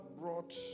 brought